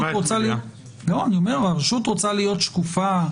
הרשות רוצה להיות שקופה,